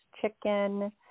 chicken